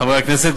חברי הכנסת,